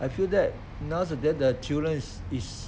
I feel that nowadays the children is